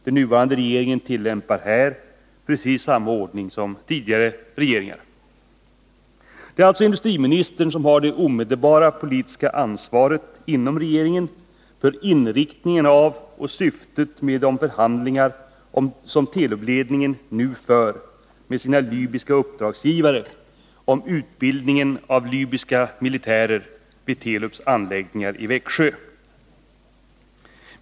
Den nuvarande regeringen tillämpar här precis samma ordning som tidigare regeringar. Det är alltså industriministern som har det omedelbara politiska ansvaret inom regeringen för inriktningen av och syftet med de förhandlingar som Telubledningen nu för med sina libyska uppdragsgivare om utbildningen av libyska militärer vid Telubs anläggningar i Växjö.